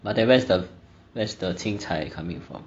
but then where's the where's the 青菜 coming from